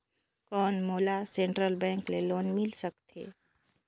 कौन मोला central bank ले लोन मिल सकथे?